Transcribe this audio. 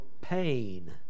pain